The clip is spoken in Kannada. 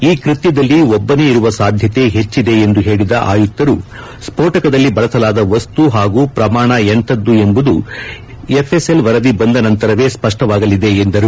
ಈ ಕೃತ್ತದಲ್ಲಿ ಒಟ್ಟನೇ ಇರುವ ಸಾಧ್ಯತೆ ಹೆಚ್ಚಿದೆ ಎಂದು ಹೇಳದ ಆಯುಕ್ತರು ಸ್ವೋಟಕದಲ್ಲಿ ಬಳಸಲಾದ ವಸ್ತು ಹಾಗೂ ಪ್ರಮಾಣ ಎಂಥದ್ದು ಎಂಬುದು ಎಫ್ಎಸ್ಎಲ್ ವರದಿ ಬಂದ ನಂತರವೇ ಸ್ಪಷ್ಟವಾಗಲಿದೆ ಎಂದರು